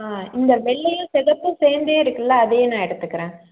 ஆ இந்த வெள்ளையும் சிகப்பும் சேர்ந்தே இருக்குதுல்ல அதே நான் எடுத்துக்கிறேன்